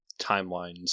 Timelines